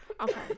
Okay